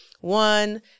one